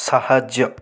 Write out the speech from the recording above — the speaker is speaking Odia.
ସାହାଯ୍ୟ